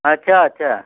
अच्छा अच्छा